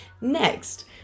next